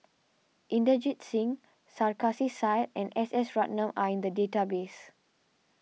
Inderjit Singh Sarkasi Said and S S Ratnam are in the database